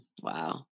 Wow